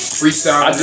freestyle